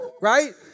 Right